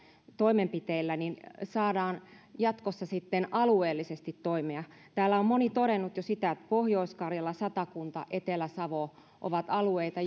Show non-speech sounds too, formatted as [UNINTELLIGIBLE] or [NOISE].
toimenpiteillä toivottavasti saadaan jatkossa sitten alueellisesti toimia täällä on moni todennut jo että pohjois karjala satakunta etelä savo ovat alueita [UNINTELLIGIBLE]